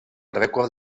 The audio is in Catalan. rècord